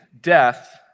Death